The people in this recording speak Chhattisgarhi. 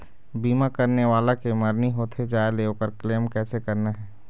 बीमा करने वाला के मरनी होथे जाय ले, ओकर क्लेम कैसे करना हे?